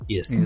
Yes